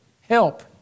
help